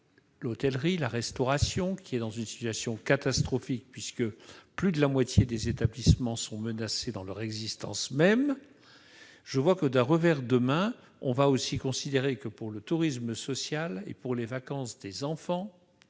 l'hôtellerie et de la restauration, qui sont dans une situation catastrophique, puisque plus de la moitié des établissements sont menacés dans leur existence même. Je vois que l'on s'apprête maintenant à répondre, concernant le tourisme social et les vacances des enfants